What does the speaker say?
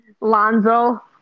Lonzo